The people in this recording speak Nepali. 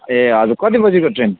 ए हजुर कति बजेको ट्रेन